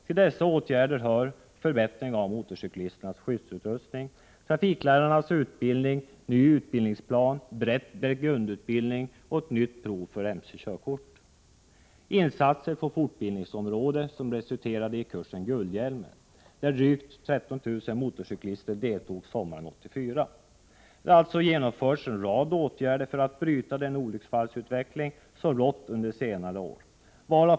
Till de föreslagna åtgärderna hör förbättring av motorcyklisternas skyddsutrustning, trafiklärarnas utbildning, ny utbildningsplan, bättre grundutbildning och nytt prov för mckörkort samt insatser på fortbildningsområdet, som resulterade i kursen Guldhjälmen, i vilken drygt 13 000 motorcyklister deltog sommaren 1984. Det har alltså genomförts en rad åtgärder för att bryta den olycksfallsutveckling som rått under senare år.